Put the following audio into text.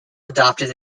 adopted